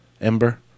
Ember